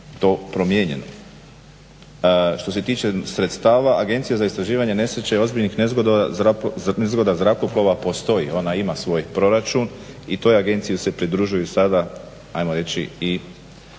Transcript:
to promijenjeno. Što se tiče sredstava Agencija za istraživanje nesreća i ozbiljnih nezgoda zrakoplova postoji, ona ima svoj proračun i toj agenciji se pridružuju sada ajmo reći i dio